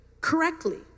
correctly